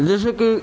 جیسے کہ